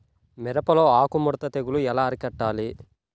మిరపలో ఆకు ముడత తెగులు ఎలా అరికట్టాలి?